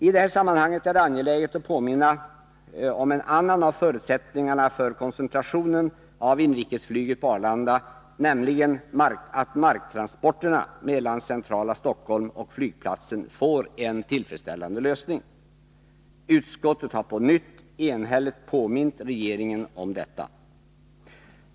I det här sammanhanget är det angeläget att påminna om en annan av förutsättningarna för koncentrationen av inrikesflyget till Arlanda, nämligen att marktransporterna mellan centrala Stockholm och flygplatsen får en tillfredsställande lösning. Utskottet har på nytt enhälligt påmint regeringen om detta.